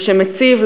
ושמציב,